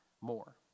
more